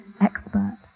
expert